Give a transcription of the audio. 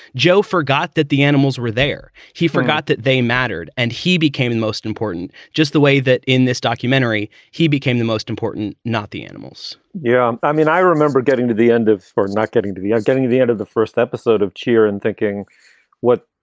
joe forgot that the animals were there. he forgot that they mattered. and he became the most important just the way that in this documentary he became the most important, not the animals yeah. i mean, i remember getting to the end of for not getting to the us, getting to the end of the first episode of cheer and thinking what?